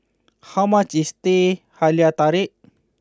how much is Teh Halia Tarik